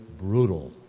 brutal